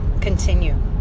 continue